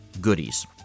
goodies